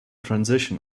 transition